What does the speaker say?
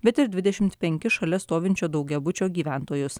bet ir dvidešimt penkis šalia stovinčio daugiabučio gyventojus